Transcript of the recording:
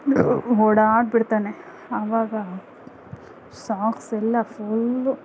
ಓಡಾಡಿಬಿಡ್ತಾನೆ ಅವಾಗ ಸಾಕ್ಸೆಲ್ಲ ಫುಲ್ಲು